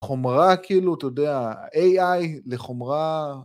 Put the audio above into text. ‫חומרה כאילו, אתה יודע, ‫AI לחומרה...